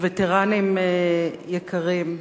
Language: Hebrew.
וטרנים יקרים,